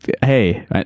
hey